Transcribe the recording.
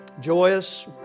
Joyous